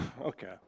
Okay